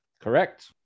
correct